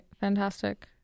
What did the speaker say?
Fantastic